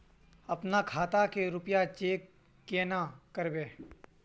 अपना खाता के रुपया चेक केना करबे?